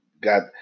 got –